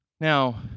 Now